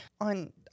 on